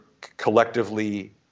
collectively